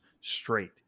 straight